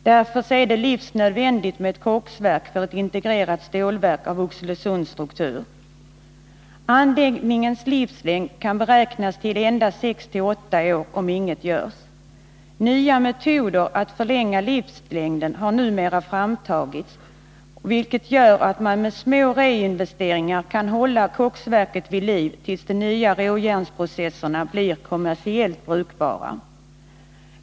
Därför är det för ett integrerat stålverk av Oxelösunds struktur livsnödvändigt med ett koksverk. Anläggningens livslängd kan beräknas bli endast sex till åtta år, om inget görs för att förlänga livslängden. Nya metoder härför har framtagits, vilket gör att man numera med små reinvesteringar kan hålla koksverket vid liv tills de nya råjärnsprocesserna blir kommersiellt brukbara.